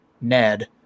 Ned